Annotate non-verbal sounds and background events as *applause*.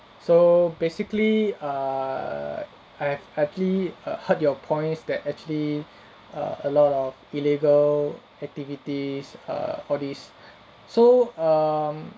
so basically err I've actually err heard your points that actually *breath* err a lot of illegal activities err all these *breath* so um